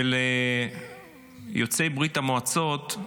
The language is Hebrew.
יוצאי ברית המועצות,